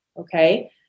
Okay